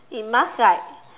it must like